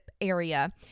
area